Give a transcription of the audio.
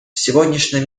сегодняшнем